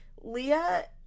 Leah